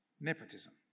nepotism